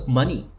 money